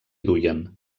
duien